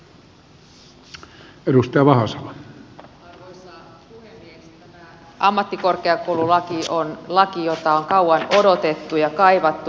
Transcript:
tämä ammattikorkeakoululaki on laki jota on kauan odotettu ja kaivattu kentällä